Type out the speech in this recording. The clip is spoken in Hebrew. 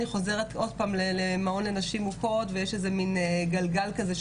היא חוזרת עוד פעם למעון לנשים מוכות ויש איזה מן גלגל כזה,